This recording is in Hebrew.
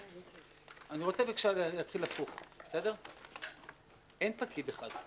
אני רוצה בבקשה להתחיל הפוך אין פקיד אחד.